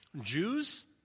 Jews